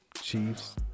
Chiefs